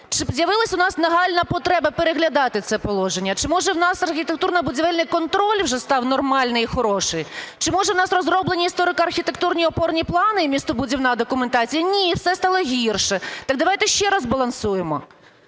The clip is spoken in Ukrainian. Чи з'явилась у нас нагальна потреба переглядати це положення? Чи може у нас архітектурно-будівельний контроль вже став нормальний і хороший? Чи може у нас розроблені історико-архітектурні опорні плани і містобудівна документація? Ні, все стало гірше. Так давайте ще розбалансуємо.